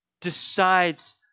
decides